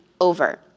over